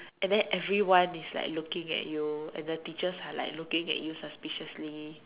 and then everyone is like looking at you and the teachers are like looking at you suspiciously